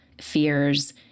fears